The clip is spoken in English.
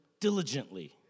diligently